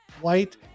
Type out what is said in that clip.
White